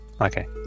Okay